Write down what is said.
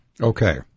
Okay